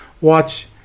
watch